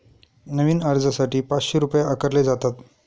नवीन अर्जासाठी पाचशे रुपये आकारले जातात